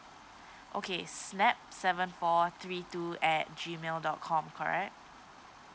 okay snap seven four three two at G mail dot com correct